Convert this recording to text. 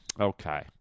Okay